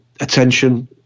attention